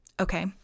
Okay